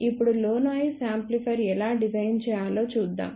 ఇప్పుడు low noise amplifier ఎలా design చేయాలో చూద్దాం